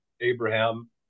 Abraham